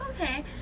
okay